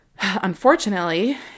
unfortunately